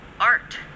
Art